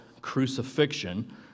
crucifixion